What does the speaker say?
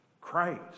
Christ